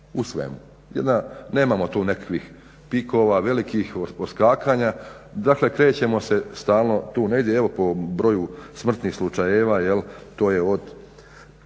u svemu. I onda nemamo tu nekakvih pikova, velikih odskakanja, dakle krećemo se stalno tu negdje. Evo po broju smrtnih slučajeva jel' to je kada